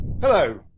Hello